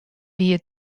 wie